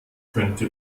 könnte